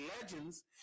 legends